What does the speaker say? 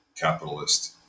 capitalist